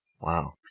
Wow